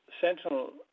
Sentinel